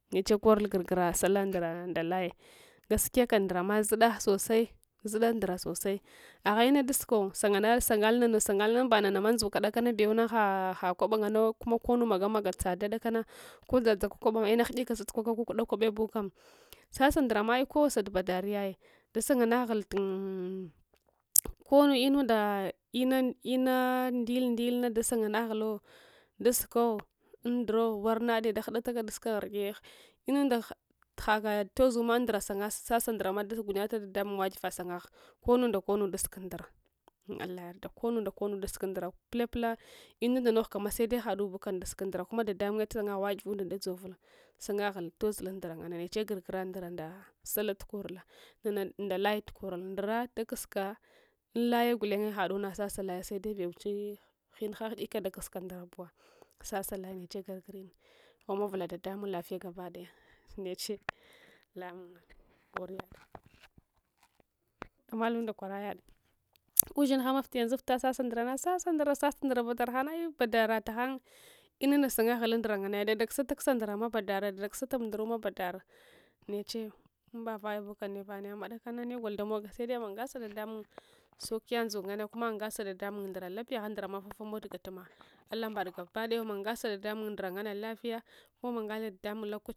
Neche kor grgra sala ndra nda laye gaskiya kam ndraama zhida sosai agha ina dazka sangahal sanganal sangnal nang sangnal hiba namama andzuka dakana bewa ha ha kwabawo konu maga maga tsada ko dsadsaka kwabana ina hudika sasukwaka kukda kwaba beubagwa sasa ndra ma ai kowa ta badarei daganga naghal konu inun da ina ndd ndilna da sanganan ghal dasko an ndra warnadde da hadataka daska ghrge inuda hakagh tozuma an ndra sasa ndra ma dagunyata dadamum ewagive sanghgha konu nda konu daska ndra ina allah yayarda komu nda komu daske ndra pila pila inanda moghkama sade hadu bakam daska ndra kuma dadamunye san ga ewagwe dzovka sangaghal tossala andra ngane neche grgra nda sala takorla nana nda laye takovla ndra danka hi laye gulenye hadu se sase laye sade bewacha hinha hidika daska ndra bewa in sesa laye meche grgrin ama wa ula dadamun lahiya gabadaya neche lanncin koriya damalanda kor yada ushinhana yoizu vita sasa ndrma sasa ndra sasa ndra badar him badarata han ar hiamla sangaghol andra qine ar dada dakna ndrama badara dala hant da’ksta ndrama badara neche hiba vayabu kam nevani amma dakama negol daogl sde ma angasa dalamun sauki ya ndzuka ngane kuma angasa dadamum ndra lapiya agha ndrama fanfayia gatkang alam mbado gabagaya ma angasa dadamum ndra latiya kchma ma angal dadamun lokachi lapiya